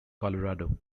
colorado